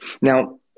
Now